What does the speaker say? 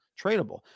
tradable